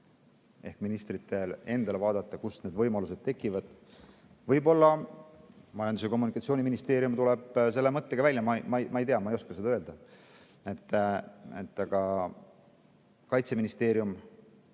ehk ministritel tuli endal vaadata, kust need võimalused tekivad. Võib-olla Majandus‑ ja Kommunikatsiooniministeerium tuleb selle mõttega välja. Ma ei tea, ma ei oska seda öelda. Aga kuna Kaitseministeeriumi